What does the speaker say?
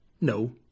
No